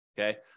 Okay